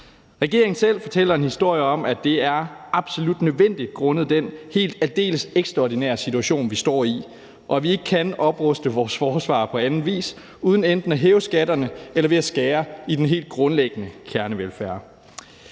Regeringen selv fortæller en historie om, at det er absolut nødvendigt grundet den helt og aldeles ekstraordinære situation, vi står i, og at vi ikke kan opruste vores forsvar på anden vis uden enten at hæve skatterne eller ved at skære i den helt grundlæggende kernevelfærd.